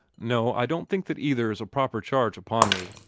no, i don't think that either is a proper charge upon me,